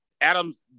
Adams